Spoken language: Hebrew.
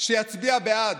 שיצביע בעד.